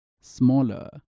smaller